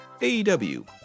AEW